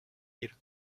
ihre